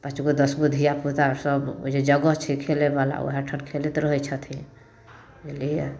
पाँचगो दसगो धिया पूता सब ओ जे जगह छै खेलै बला वएह ठान खेलैत रहै छथिन बूलियै